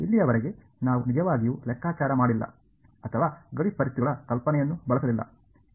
ಇಲ್ಲಿಯವರೆಗೆ ನಾವು ನಿಜವಾಗಿಯೂ ಲೆಕ್ಕಾಚಾರ ಮಾಡಿಲ್ಲ ಅಥವಾ ಗಡಿ ಪರಿಸ್ಥಿತಿಗಳ ಕಲ್ಪನೆಯನ್ನು ಬಳಸಲಿಲ್ಲ